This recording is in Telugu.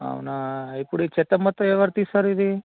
అవునా ఇప్పుడు ఈ చెత్త మొత్తం ఎవరు తీస్తారు ఇది